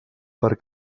per